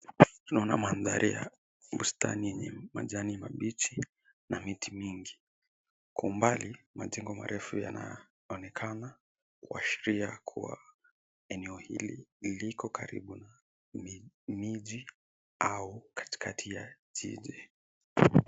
Tunaona mandhari ya bustani yenye majani mabichi na miti mingi. Kwa umbali, majengo marefu yanaonekana kuashiria kuwa eneo hili liko karibu na miji au katikati ya jiji.